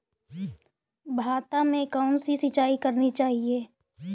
भाता में कौन सी सिंचाई करनी चाहिये?